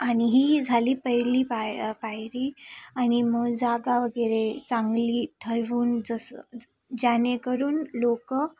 आणि ही झाली पहिली पाय पायरी आणि मग जागा वगैरे चांगली ठरवून जसं जेणेकरून लोकं